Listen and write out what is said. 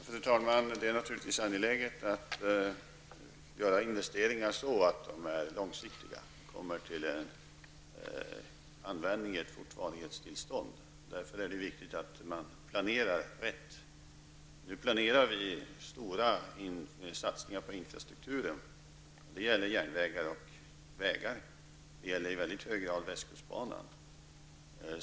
Fru talman! Det är naturligtvis angeläget att göra investeringar så, att de är långsiktiga och kommer till användning i ett fortvarighetstillstånd. Därför är det viktigt att man planerar rätt. Nu planerar vi stora satsningar på infrastrukturen. Det gäller järnvägar och vägar och i väldigt hög grad västkustbanan.